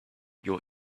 your